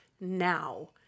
now